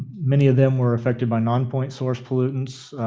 many of them were affected by nonpoint source pollutants,